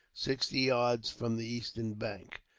sixty yards from the eastern bank.